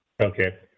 Okay